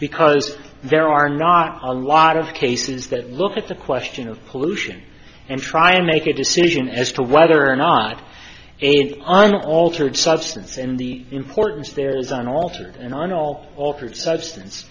because there are not a lot of cases that look at the question of pollution and try and make a decision as to whether or not it's an altered substance in the importance there is an altered and on all altered substance